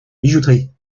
bijouterie